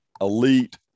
elite